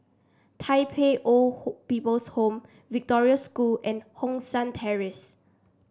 Tai Pei Old People's Home Victoria School and Hong San Terrace